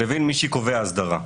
לבין מי שקובע הסדרה.